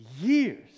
years